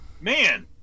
man